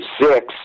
six